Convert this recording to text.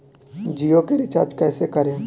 जियो के रीचार्ज कैसे करेम?